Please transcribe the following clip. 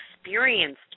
experienced